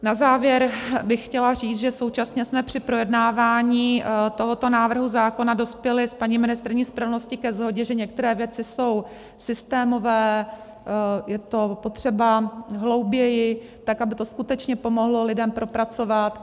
Na závěr bych chtěla říct, že současně jsme při projednávání tohoto návrhu zákona dospěli s paní ministryní spravedlnosti ke shodě, že některé věci jsou systémové, je to potřeba hlouběji, tak aby to skutečně pomohlo lidem, propracovat.